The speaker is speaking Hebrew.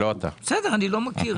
בסדר, אני לא מכיר.